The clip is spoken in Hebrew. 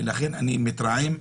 ולכן אני מתרעם,